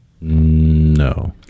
No